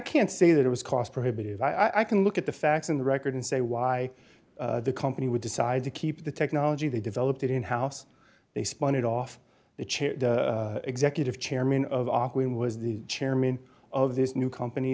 can't say that it was cost prohibitive i can look at the facts in the record and say why the company would decide to keep the technology they developed in house they spun it off the chip executive chairman of when was the chairman of this new company